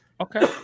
Okay